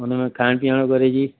उन में खाइणु पीअण घुरजी